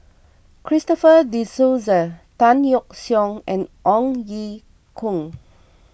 Christopher De Souza Tan Yeok Seong and Ong Ye Kung